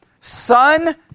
Son